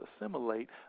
assimilate